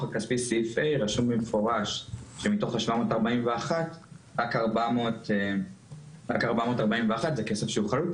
הכספי רשום במפורש שמתוך 741 רק 441 זה כסף חלוט.